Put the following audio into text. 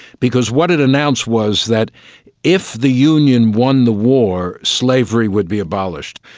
because what it announced was that if the union won the war, slavery would be abolished.